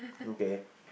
okay